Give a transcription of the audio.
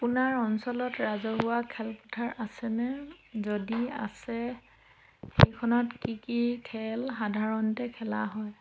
আপোনাৰ অঞ্চলত ৰাজহুৱা খেলপথাৰ আছেনে যদি আছে সেইখনত কি কি খেল সাধাৰণতে খেলা হয়